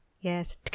Yes